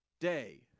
day